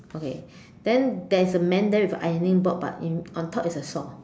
okay then there is a man there with a ironing board but in on top is a saw